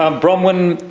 um bronwen,